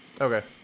Okay